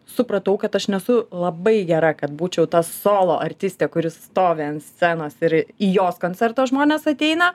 supratau kad aš nesu labai gera kad būčiau ta solo artistė kuri stovi ant scenos ir į jos koncertą žmonės ateina